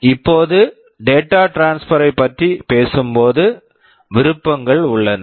இப்போது data transfer data transfer ஐப் பற்றி பேசும்போது விருப்பங்கள் உள்ளன